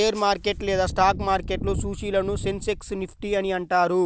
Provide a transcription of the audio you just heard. share market లేదా stock మార్కెట్లో సూచీలను సెన్సెక్స్, నిఫ్టీ అని అంటారు